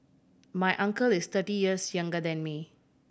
my uncle is thirty years younger than me